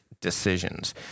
decisions